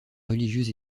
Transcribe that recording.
religieux